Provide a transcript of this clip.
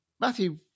Matthew